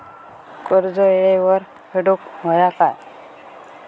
कर्ज येळेवर फेडूक होया काय?